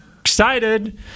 Excited